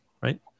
right